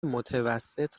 متوسط